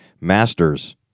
masters